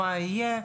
מה יהיה?